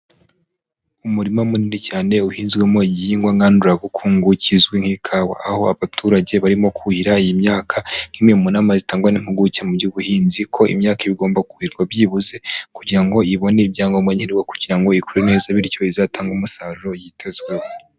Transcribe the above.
Umurima munini cyane uhinzwemo igihingwa ngandurabukungu kizwi nk'ikawa, aho abaturage barimo kuhira iyi myaka nk'imwe mu nama zitangwa n'impuguke mu by'ubuhinzi ko imyaka igomba kuhirwa byibuze kugira ngo ibone ibyangombwa nkenerwa kugira ngo ikure neza bityo izatange umusaruro yitezweho.